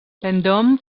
vendôme